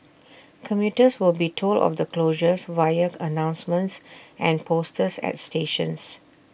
commuters will be told of the closures via announcements and posters at stations